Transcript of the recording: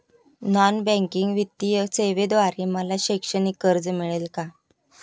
Non banking वित्तीय सेवेद्वारे मला शैक्षणिक कर्ज मिळेल का?